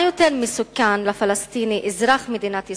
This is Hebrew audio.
מה יותר מסוכן לפלסטיני אזרח מדינת ישראל,